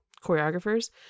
choreographers